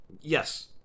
Yes